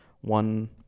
one